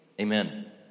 Amen